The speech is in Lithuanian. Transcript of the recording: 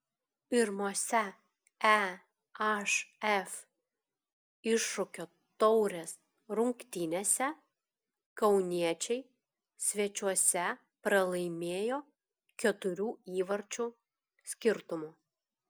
pirmose ehf iššūkio taurės rungtynėse kauniečiai svečiuose pralaimėjo keturių įvarčių skirtumu